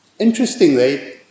Interestingly